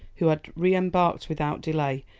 who had re-embarked without delay,